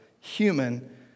human